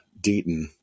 Deaton